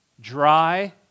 dry